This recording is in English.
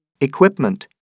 Equipment